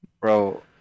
bro